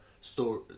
story